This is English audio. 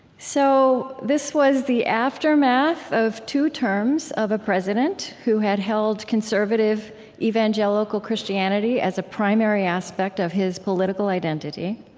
so this was the aftermath of two terms of a president who had held conservative evangelical christianity as a primary aspect of his political identity.